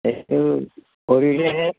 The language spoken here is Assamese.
সেইটো কৰিলেহে